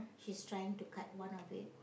she's trying to cut one of it